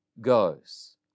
goes